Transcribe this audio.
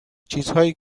چیزهایی